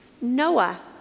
Noah